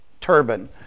turban